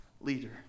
leader